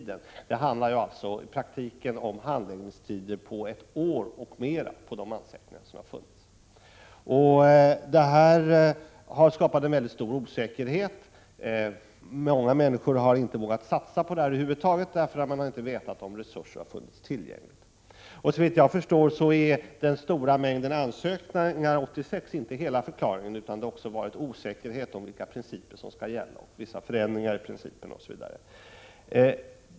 Det handlar i praktiken om handläggningstider på ett år och mer för de ansökningar som kommit in. Detta har skapat en väldigt stor osäkerhet. Många människor har inte vågat satsa på solvärme över huvud taget, därför att de inte vetat om resurser skulle finnas tillgängliga. Såvitt jag förstår, är den stora mängden ansökningar 1986 inte hela 47 förklaringen, utan det har varit osäkerhet om vilka principer som skall gälla, vissa förändringar i principerna, osv.